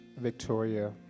Victoria